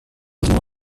южного